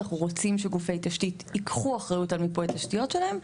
אנחנו רוצים שגופי תשתית ייקחו אחריות על מיפוי התשתיות שלהם.